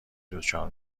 دچار